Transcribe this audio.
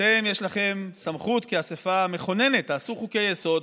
אתם, יש לכם סמכות כאספה מכוננת, תעשו חוקי-יסוד.